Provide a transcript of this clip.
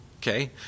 Okay